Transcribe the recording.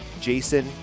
Jason